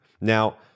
Now